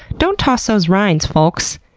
don't toss those rinds, folks.